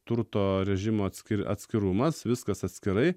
turto režimo atskiri atskirumas viskas atskirai